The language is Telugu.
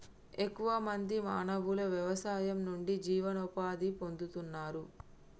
ఎక్కువ మంది మానవులు వ్యవసాయం నుండి జీవనోపాధి పొందుతున్నారు